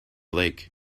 lake